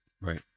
Right